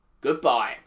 Goodbye